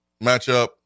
matchup